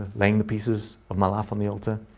laying the pieces of my life on the altar.